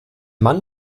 mann